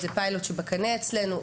זה פיילוט שנמצא אצלנו בקנה.